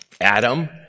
Adam